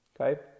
okay